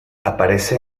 aparece